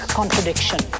contradiction